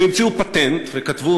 הם המציאו פטנט וכתבו,